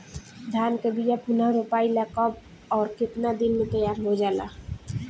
धान के बिया पुनः रोपाई ला कब और केतना दिन में तैयार होजाला?